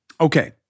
Okay